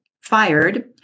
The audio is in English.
fired